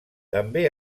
també